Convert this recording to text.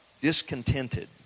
discontented